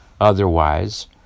otherwise